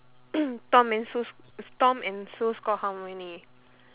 tom and sue tom and sue score how many